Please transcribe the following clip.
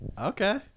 Okay